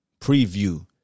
preview